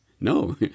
No